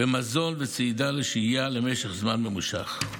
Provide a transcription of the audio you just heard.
במזון ובצידה לשהייה למשך זמן ממושך.